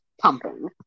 pumping